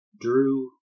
drew